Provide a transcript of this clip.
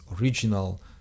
original